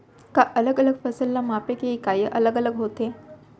का अलग अलग फसल ला मापे के इकाइयां अलग अलग होथे?